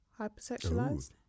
Hypersexualized